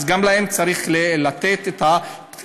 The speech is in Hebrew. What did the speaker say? אז גם להם צריך לתת את התוספת,